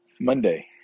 Monday